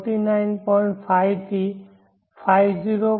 5 થી 50